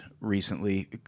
recently